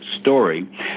story